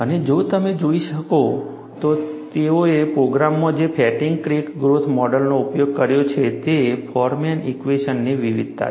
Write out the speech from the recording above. અને જો તમે જોઇ શકશો તો તેઓએ પ્રોગ્રામમાં જે ફેટિગ ક્રેક ગ્રોથ મોડેલનો ઉપયોગ કર્યો છે તે ફોરમેન ઇક્વેશનની વિવિધતા છે